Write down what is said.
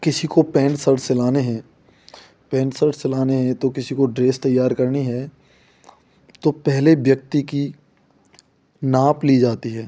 किसी को pant shirt सिलाने हें पेंट सर्ट सिलाने हैं तो किसी को ड्रेस तैयार करनी है तो पहले व्यक्ति की नाप ली जाती है